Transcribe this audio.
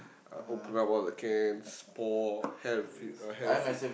open up one of the cans pour have it uh have it uh